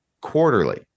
quarterly